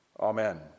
Amen